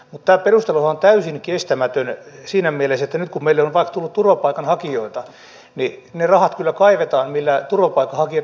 mutta tämä perusteluhan on täysin kestämätön siinä mielessä että nyt kun meille on vaikka tullut turvapaikanhakijoita niin ne rahat kyllä kaivetaan millä turvapaikanhakijat ylläpidetään